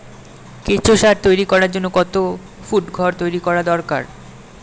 কেঁচো সার তৈরি করার জন্য কত ফুট ঘর তৈরি করা দরকার?